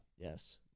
Yes